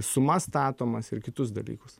sumas statomas ir kitus dalykus